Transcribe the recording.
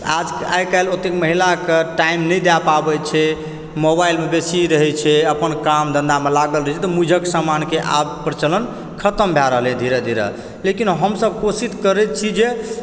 आइ काल्हि ओते महिलाके टाइम नहि दय पाबै छै मोबाइलमे बेसी रहै छै अपन काम धंधामे लागल रहय छै तऽ मूजक समानके आब प्रचलन खतम भै रहलै हँ धीरे धीरे लेकिन हमसब कोशिश करै छी जे